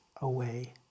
away